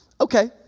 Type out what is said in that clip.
Okay